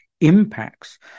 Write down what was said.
impacts